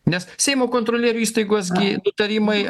nes seimo kontrolierių įstaigos gi nutarimai